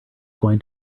going